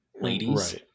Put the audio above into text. ladies